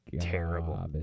Terrible